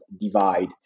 divide